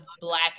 Black